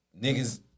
niggas